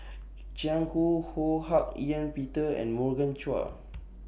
Jiang Hu Ho Hak Ean Peter and Morgan Chua